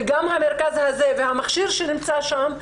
וגם המרכז הזה והמכשיר שנמצא שם,